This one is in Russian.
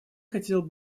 хотел